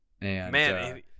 Man